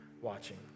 watching